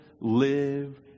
live